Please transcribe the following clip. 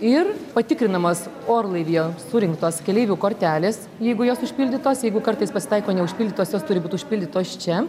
ir patikrinamas orlaivyje surinktos keleivių kortelės jeigu jos užpildytos jeigu kartais pasitaiko neužpildytos jos turi būt užpildytos čia